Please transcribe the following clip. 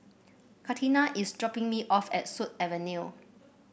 Katina is dropping me off at Sut Avenue